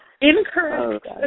Incorrect